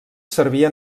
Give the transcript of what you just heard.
servia